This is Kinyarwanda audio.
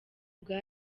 bwa